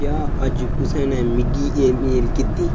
क्या अज्ज कुसै ने मिगी एह् मेल कीती